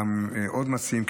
גם עוד מציעים,